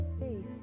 faith